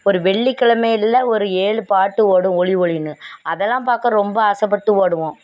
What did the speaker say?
ஒரு வெள்ளிக் கிழமைல்ல ஒரு ஏழு பாட்டு ஓடும் ஒலியும் ஒலியுன்னு அதெல்லாம் பார்க்க ரொம்ப ஆசைப்பட்டு ஓடுவோம்